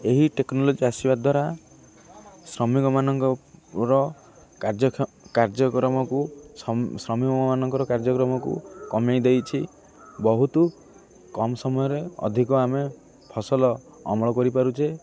ଏହି ଟେକ୍ନୋଲୋଜି ଆସିବା ଦ୍ୱାରା ଶ୍ରମିକ ମାନଙ୍କର କାର୍ଯ୍ୟ କାର୍ଯ୍ୟକ୍ରମକୁ ଶ୍ରମିକ ମାନଙ୍କର କାର୍ଯ୍ୟକ୍ରମକୁ କମାଇ ଦେଇଛି ବହୁତ କମ୍ ସମୟରେ ଅଧିକ ଆମେ ଫସଲ ଅମଳ କରିପାରୁଛେ